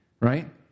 Right